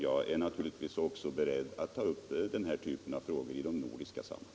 Jag är naturligtvis beredd att också ta upp den här typen av frågor i det nordiska samarbetet.